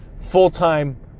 full-time